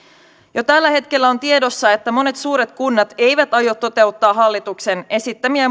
jo tällä hetkellä on tiedossa että monet suuret kunnat eivät aio toteuttaa hallituksen esittämiä